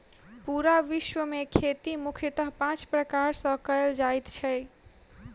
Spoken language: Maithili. पूरा विश्व मे खेती मुख्यतः पाँच प्रकार सॅ कयल जाइत छै